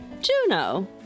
Juno